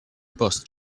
post